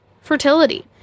fertility